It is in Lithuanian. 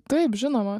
taip žinoma